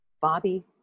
Bobby